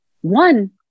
One